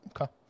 Okay